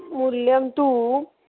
मूल्यं तु